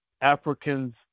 Africans